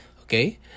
Okay